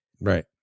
right